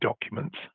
documents